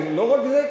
לא רק זה,